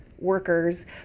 workers